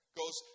goes